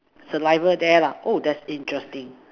saliva there lah oh that's interesting